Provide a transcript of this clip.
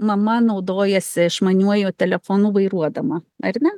mama naudojasi išmaniuoju telefonu vairuodama ar ne